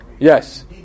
yes